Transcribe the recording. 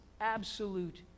absolute